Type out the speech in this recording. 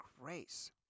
grace